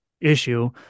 issue